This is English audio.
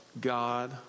God